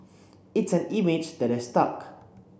it's an image that has stuck